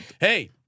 Hey